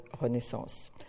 Renaissance